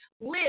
live